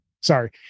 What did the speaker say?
Sorry